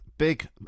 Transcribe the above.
big